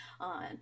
on